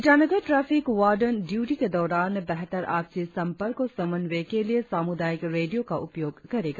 Itanagar traffic warden duty के दौरान बेहतर आपसी संपर्क और समन्वय के लिए सामुदायिक रेडियों का उपयोग करेगा